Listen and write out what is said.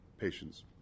patients